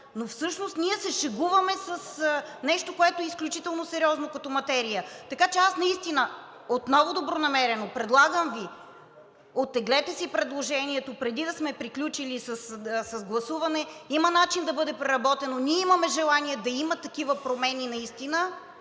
но всъщност ние се шегуваме с нещо, което е изключително сериозно като материя. Аз отново добронамерено Ви предлагам – оттеглете си предложението, преди да сме приключили с гласуване, има начин да бъде преработено. Ние имаме желание да има такива промени наистина,